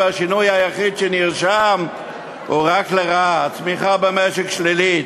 והשינוי שנרשם הוא רק לרעה: הצמיחה במשק שלילית,